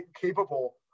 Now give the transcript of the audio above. capable